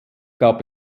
gab